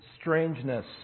strangeness